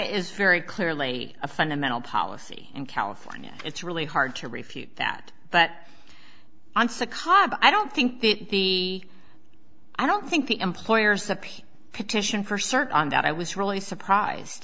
is very clearly a fundamental policy in california it's really hard to refute that but oncet cobb i don't think the i don't think the employers that petition for certain that i was really surprised